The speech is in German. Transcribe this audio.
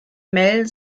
mel